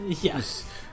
yes